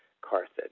Carthage